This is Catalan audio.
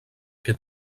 que